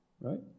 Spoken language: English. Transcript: Right